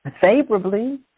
Favorably